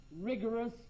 rigorous